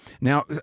Now